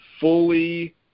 fully